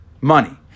Money